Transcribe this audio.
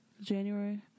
January